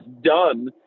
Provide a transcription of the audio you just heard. done